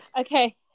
Okay